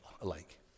alike